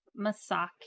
Masaki